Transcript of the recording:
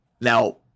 Now